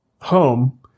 home